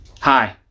Hi